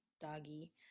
Doggy